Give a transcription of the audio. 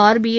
RBI